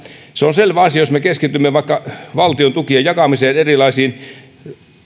se on selvä asia että jos me keskitymme vaikka valtion tukien jakamiseen